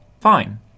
Fine